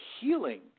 healing